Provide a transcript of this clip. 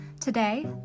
Today